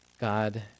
God